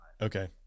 Okay